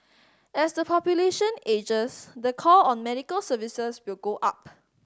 as the population ages the call on medical services will go up